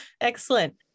Excellent